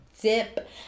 dip